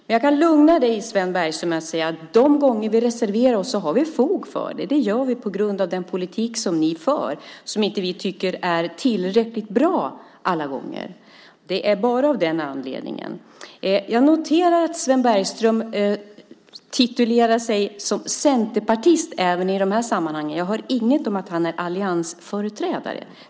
Men jag kan lugna dig, Sven Bergström, med att säga att de gånger vi reserverar oss har vi fog för det. Det gör vi på grund av den politik som ni för, som vi inte tycker är tillräckligt bra alla gånger. Det är bara av den anledningen. Jag noterar att Sven Bergström titulerar sig centerpartist även i de här sammanhangen. Jag hör inget om att han är alliansföreträdare.